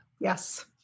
Yes